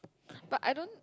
but I don't